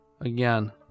again